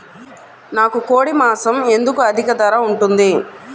నాకు కోడి మాసం ఎందుకు అధిక ధర ఉంటుంది?